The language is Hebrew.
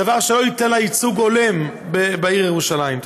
דבר שלא ייתן לה ייצוג הולם בעיר ירושלים.